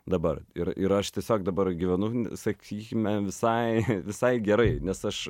dabar ir ir aš tiesiog dabar gyvenu sakykime visai visai gerai nes aš